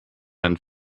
einen